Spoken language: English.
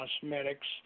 cosmetics